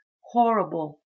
horrible